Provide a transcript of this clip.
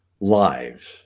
lives